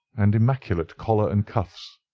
and immaculate collar and cuffs.